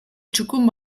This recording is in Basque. txukun